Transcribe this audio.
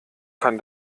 kann